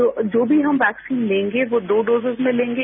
तो जो भी हम वैक्सीन लेंगे वो दो डोजेज में लेंगे